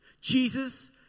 Jesus